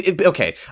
Okay